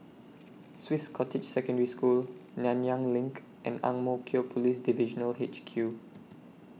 Swiss Cottage Secondary School Nanyang LINK and Ang Mo Kio Police Divisional H Q